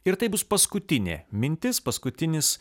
ir tai bus paskutinė mintis paskutinis